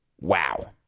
wow